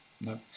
No